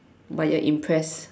but you're impressed